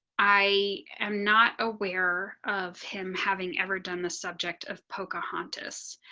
i am not aware of him having ever done the subject of pocahontas.